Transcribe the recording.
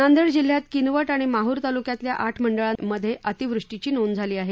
नांदेड जिल्ह्यात किनव आणि माहूर तालुक्यातल्या आठ मंडळांमध्ये अतिवृष्टीची नोंद झाली आहे